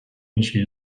vinci